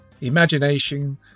imagination